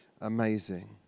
amazing